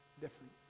different